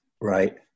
Right